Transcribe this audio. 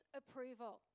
approval